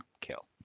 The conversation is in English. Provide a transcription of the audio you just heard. kill